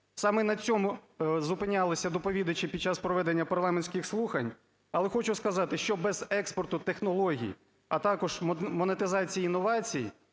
Саме на цьому зупинялися доповідачі під час проведення парламентських слухань, але хочу сказати, що без експорту технологій, а також монетизації інновацій,